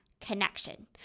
connection